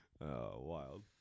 wild